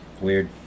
Weird